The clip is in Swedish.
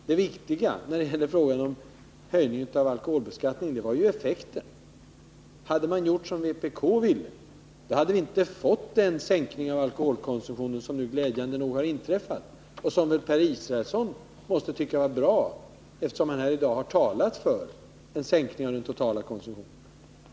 Det viktiga beträffande höjningen av skatten på alkohol var ju effekten. Hade vi gjort som vpk ville hade vi inte fått den sänkning av alkoholkonsumtionen som nu glädjande nog har inträffat och som även Per Israelsson måste tycka är bra, eftersom han här i dag har talat för en sänkning av dem totala konsumtionen.